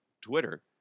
Twitter